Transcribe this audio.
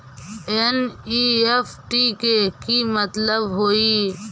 NEFT के कि मतलब होइ?